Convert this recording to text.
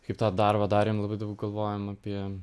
kaip tą darbą darėm labai daug galvojom apie